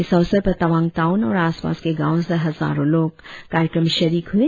इस अवसर पर तवांग टाऊन और आसपास के गावों से हजारो लोग इस कार्यक्रम में शरीक हुए